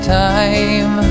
time